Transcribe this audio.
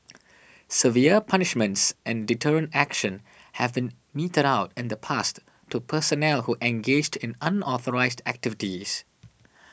severe punishments and deterrent action have been meted out in the past to personnel who engaged in unauthorised activities